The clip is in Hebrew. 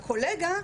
של הקולגה,